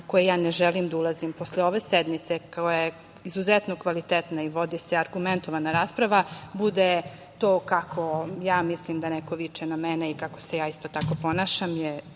koji ja ne želim da ulazim, posle ove sednice, koja je izuzetno kvalitetna, vodi se argumentovana rasprava, bude to kako ja mislim da neko viče na mene, i kako se ja isto tako ponašam je,